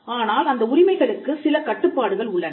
ஆனால் அந்த உரிமைகளுக்கு சில கட்டுப்பாடுகள் உள்ளன